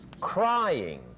crying